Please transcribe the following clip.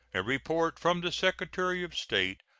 a report from the secretary of state,